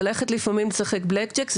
ללכת לפעמים לשחק בלאק ג'ק,